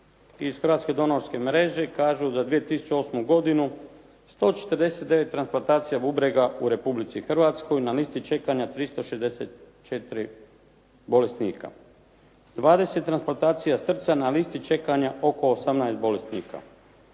iz Hrvatske donorske mreže kažu da 2008. godinu 149 transplantacija bubrega u Republici Hrvatskoj, na listi čekanja 364 bolesnika; 20 transplantacija srca, na listi čekanja oko 18 bolesnika;